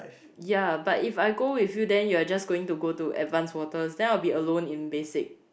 ya but if I go with you then you are just going to go to advanced waters then I'll be alone in basic